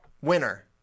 winner